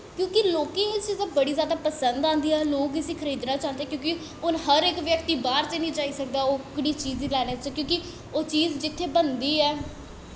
क्योंकि लोकें गी एह् चीजां बड़ी जैदा पसंद आंदियां न लोक इस्सी खरीदना चांह्दे क्योंकि हून हर इक व्यक्ति बाह्र ते निं जाई सकदा एह्कड़ी चीज लैने च क्योंकि ओह् चीज जित्थें बनदी ऐ